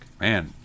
Man